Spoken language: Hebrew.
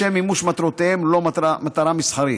לשם מימוש מטרותיהם וללא מטרה מסחרית.